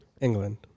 England